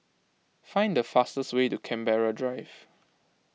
find the fastest way to Canberra Drive